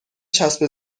چسب